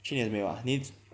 去年没有 ah 你